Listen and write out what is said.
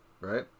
Right